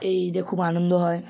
এই ঈদে খুব আনন্দ হয়